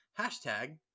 #Hashtag